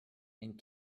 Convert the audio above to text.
and